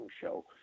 show